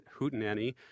Hootenanny